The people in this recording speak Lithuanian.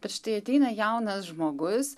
bet štai ateina jaunas žmogus